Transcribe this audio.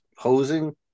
posing